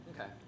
Okay